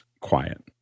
quiet